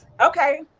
okay